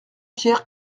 pierre